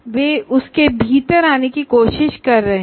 वे उसके भीतर आने की कोशिश कर रहे हैं